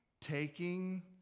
taking